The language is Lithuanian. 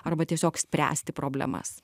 arba tiesiog spręsti problemas